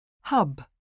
Hub